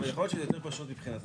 יכול להיות שזה יותר פשוט מבחינתכם,